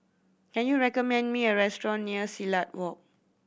can you recommend me a restaurant near Silat Walk